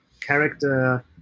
character